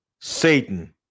Satan